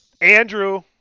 Andrew